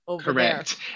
Correct